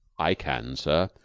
i can, sir.